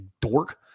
dork